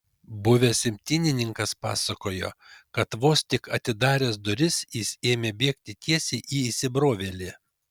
buvęs imtynininkas pasakojo kad vos tik atidaręs duris jis ėmė bėgti tiesiai į įsibrovėlį